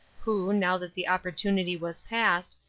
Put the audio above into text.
who, now that the opportunity was passed,